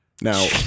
Now